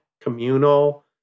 communal